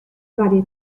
varie